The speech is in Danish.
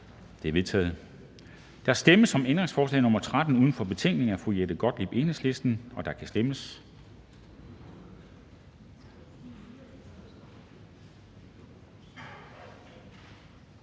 Det er vedtaget. Der stemmes om ændringsforslag nr. 13 uden for betænkningen af fru Jette Gottlieb (EL), og der kan stemmes.